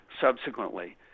subsequently